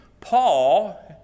Paul